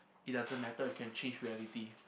it doesn't matter if can achieve reality